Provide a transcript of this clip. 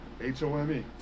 H-O-M-E